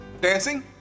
Dancing